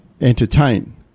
entertain